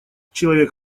человек